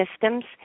systems